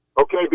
Okay